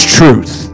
truth